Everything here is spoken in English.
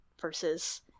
versus